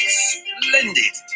splendid